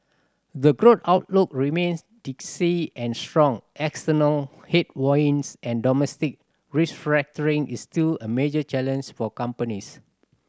the growth outlook remains dicey and strong external headwinds and domestic restructuring is still a major challenge for companies